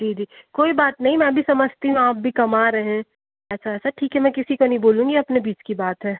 जी जी कोई बात नहीं मैं भी समझती हूँ आप भी कमा रहे हैं ऐसा ऐसा ठीक है मैं किसी को नहीं बोलूंगी अपने बीच की बात है